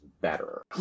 better